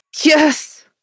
Yes